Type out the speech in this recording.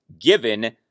given